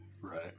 Right